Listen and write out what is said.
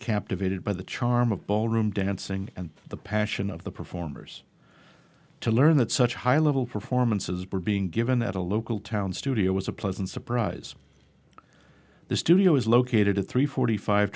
captivated by the charm of ballroom dancing and the passion of the performers to learn that such high level performances were being given at a local town studio was a pleasant surprise the studio is located at three forty five